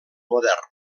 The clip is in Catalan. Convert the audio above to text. modern